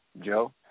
Joe